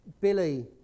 Billy